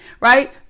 right